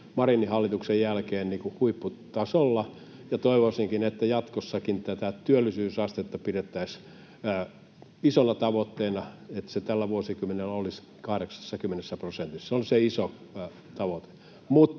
Marinin hallituksen jälkeen huipputasolla, ja toivoisinkin, että jatkossakin tätä työllisyysastetta pidettäisiin isona tavoitteena, jotta se tällä vuosikymmenellä olisi 80 prosentissa. Se on se iso tavoite,